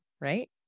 right